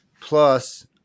Plus